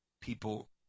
People